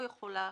אנחנו לא יכולים